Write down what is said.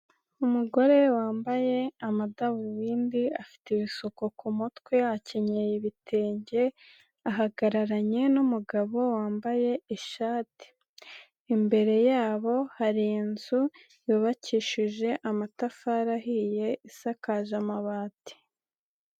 Umugore wambaye amadarubindi afite ibisuko ku mutwe, akenyeye ibitenge, ahagararanye n'umugabo wambaye ishati. Imbere yabo hari inzu yubakishije amatafari ahiye isakaje amabati.